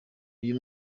uyu